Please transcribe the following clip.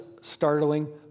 startling